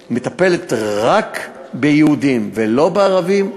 שהיא מטפלת רק ביהודים ולא בערבים,